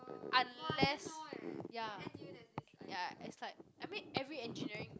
unless ya ya it's like I mean every engineering